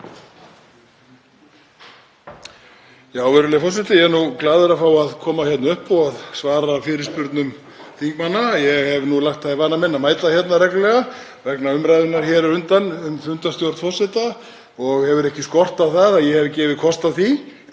Virðulegi forseti. Ég er glaður að fá að koma hingað upp og svara fyrirspurnum þingmanna. Ég hef lagt það í vana minn að mæta hérna reglulega, vegna umræðunnar á undan um fundarstjórn forseta, og hefur ekki skort á að ég hafi gefið kost á því.